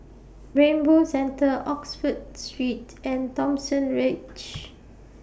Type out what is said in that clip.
Rainbow Centre Oxford Street and Thomson Ridge